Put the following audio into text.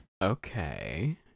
Okay